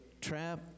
trap